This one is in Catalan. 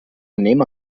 anem